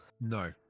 No